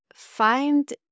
Find